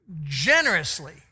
generously